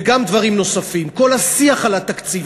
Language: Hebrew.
וגם דברים נוספים, כל השיח על התקציב.